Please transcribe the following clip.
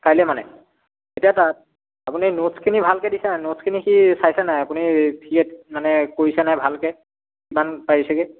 কাইলৈ মানে এতিয়া তাৰ আপুনি নোটচখিনি ভালকৈ দিছে নাই নোটচখিনি সি চাইছে নাই আপুনি মানে কৰিছে নাই ভালকৈ কিমান পাৰিছেগৈ